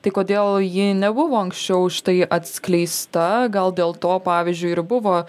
tai kodėl ji nebuvo anksčiau štai atskleista gal dėl to pavyzdžiui ir buvo